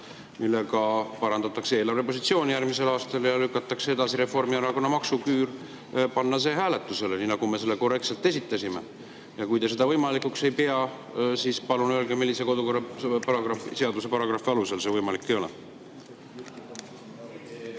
millega parandatakse eelarvepositsiooni järgmisel aastal ja lükatakse edasi Reformierakonna maksuküür, panna hääletusele, nii nagu me selle korrektselt esitasime. Ja kui te seda võimalikuks ei pea, siis palun öelge, millise kodukorraseaduse paragrahvi alusel see võimalik ei ole.